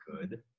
good